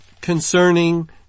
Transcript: concerning